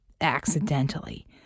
accidentally